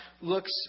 looks